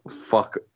fuck